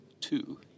Two